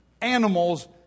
animals